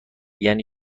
یعنی